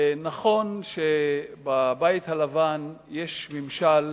נכון שבבית הלבן יש ממשל